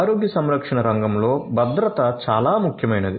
ఆరోగ్య సంరక్షణ రంగంలో భద్రత చాలా ముఖ్యమైనది